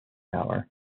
tower